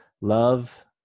Love